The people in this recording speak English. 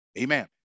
Amen